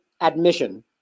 admission